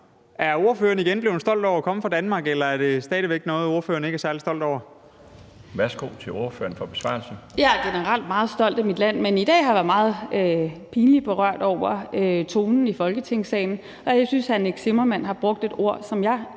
Er ordføreren igen blevet stolt over at komme fra Danmark, eller er det stadig væk noget, ordføreren ikke er særlig stolt over? Kl. 12:20 Den fg. formand (Bjarne Laustsen): Værsgo til ordføreren for besvarelse. Kl. 12:20 Zenia Stampe (RV): Jeg er generelt meget stolt af mit land. Men i dag har jeg været meget pinligt berørt over tonen i Folketingssalen, og jeg synes, hr. Nick Zimmermann har brugt ord, som jeg